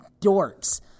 dorks